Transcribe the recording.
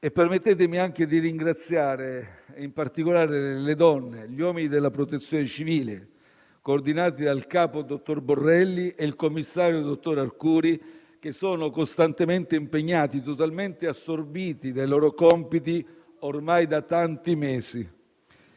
Permettetemi anche di ringraziare, in particolare, le donne e gli uomini della Protezione civile, coordinati dal capo, dottor Borrelli, e il commissario, dottor Arcuri, che sono costantemente impegnati e totalmente assorbiti a loro compiti ormai da tanti mesi.